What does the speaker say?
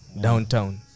downtown